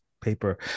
paper